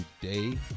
today